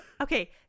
okay